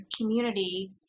community